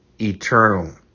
eternal